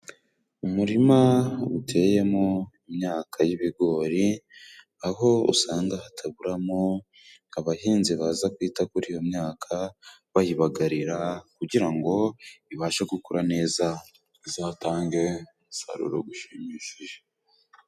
Umurima uteyemo imyaka y'ibigori, aho usanga hataburamo abahinzi baza kwita kuri iyo myaka bayibagarira, kugira ngo ibashe gukura neza izatange umusaruro gushimishije.